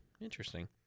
Interesting